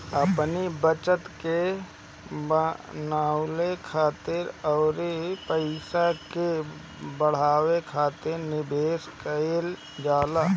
अपनी बचत के बनावे खातिर अउरी पईसा के बढ़ावे खातिर निवेश कईल जाला